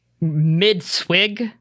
Mid-swig